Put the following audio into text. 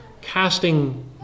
casting